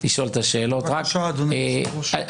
שואל אותך, עכשיו.